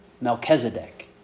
Melchizedek